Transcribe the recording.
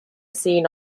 seen